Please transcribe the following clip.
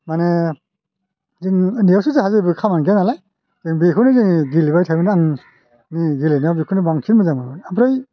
मानि जों उन्दैआवसो जोंहा जेबो खामानि गैया नालाय जों बेखौनो जोङो गेलेबाय थायोमोन आंनि गेलेनायाव बेखौनो बांसिन मोजां मोनोमोन ओमफ्राय